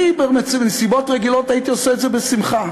אני, בנסיבות רגילות הייתי עושה את זה בשמחה.